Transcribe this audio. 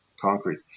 concrete